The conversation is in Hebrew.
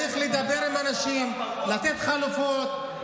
צריך לדבר עם אנשים, לתת חלופות.